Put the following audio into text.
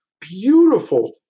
beautiful